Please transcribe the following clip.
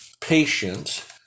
patience